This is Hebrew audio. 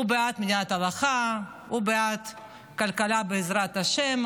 הוא בעד מדינת הלכה, הוא בעד כלכלת בעזרת השם.